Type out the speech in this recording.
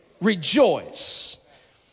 rejoice